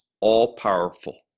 all-powerful